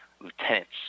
lieutenants